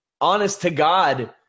honest-to-God